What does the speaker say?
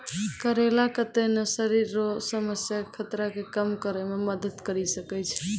करेला कत्ते ने शरीर रो समस्या के खतरा के कम करै मे मदद करी सकै छै